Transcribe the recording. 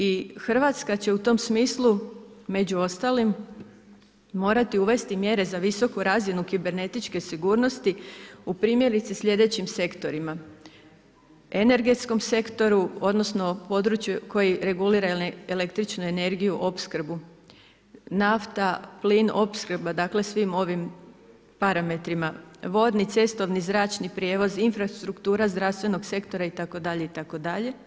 I Hrvatska će u tom smislu među ostalim morati uvesti mjere za visoku razinu kibernetičke sigurnosti u primjerice sljedećim sektorima, energetskom sektoru odnosno području koje regulira električnu energiju opskrbu, nafta, plin opskrba dakle svi ovim parametrima, vodni, cestovni, zračni prijevoz, infrastruktura zdravstvenog sektora itd., itd.